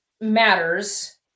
matters